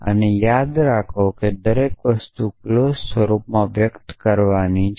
અને યાદ રાખો કે દરેક વસ્તુ ક્લોઝ સ્વરૂપમાં વ્યક્ત કરવાની છે